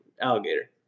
Alligator